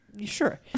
Sure